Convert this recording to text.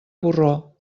porró